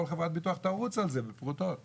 כל חברת ביטוח תרוץ על זה, זה פרוטות